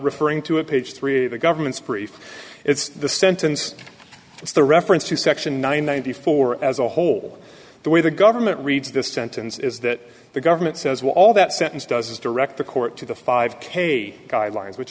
referring to a page three of the government's brief it's the sentence it's the reference to section nine ninety four as a whole the way the government reads the sentence is that the government says well all that sentence does is direct the court to the five k guidelines which